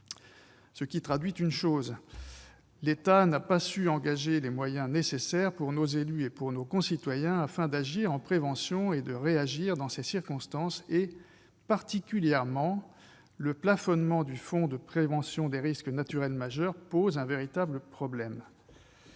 du fait que l'État n'a pas su engager les moyens nécessaires, pour nos élus et nos concitoyens, afin d'agir en prévention et de réagir dans ces circonstances. En particulier, le plafonnement du Fonds de prévention des risques naturels majeurs pose un véritable problème.